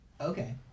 Okay